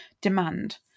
demand